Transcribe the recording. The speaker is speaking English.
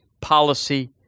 policy